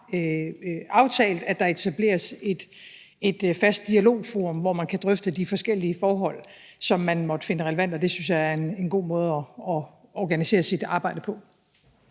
aftalt, at der etableres et fast dialogforum, hvor man kan drøfte de forskellige forhold, som man måtte finde relevante, og det synes jeg er en god måde at organisere sit arbejde på.